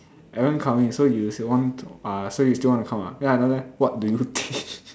Alan coming so you still want to uh so still want to come ah then I down there what do you think